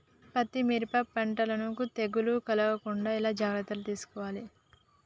పత్తి మిరప పంటలను తెగులు కలగకుండా ఎలా జాగ్రత్తలు తీసుకోవాలి?